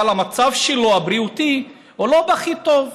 אבל המצב הבריאותי שלו לא בכי טוב.